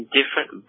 different